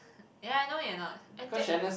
ya I know you are not I tag